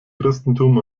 christentum